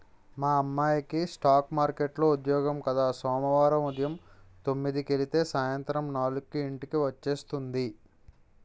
మా అమ్మాయికి స్ఠాక్ మార్కెట్లో ఉద్యోగం కద సోమవారం ఉదయం తొమ్మిదికెలితే సాయంత్రం నాలుక్కి ఇంటికి వచ్చేస్తుంది